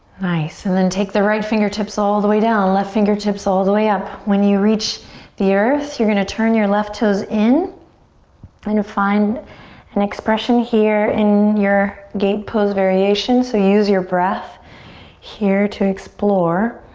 nice and then take the right fingertips all the way down, left fingertips all the way up. when you reach the earth, you're gonna turn the left toes in and find an expression here in your gate pose variation. so use your breath here to explore.